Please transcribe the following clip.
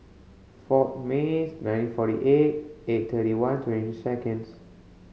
four May nineteen forty eight eight thirty one twenty seconds